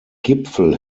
gipfel